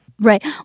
Right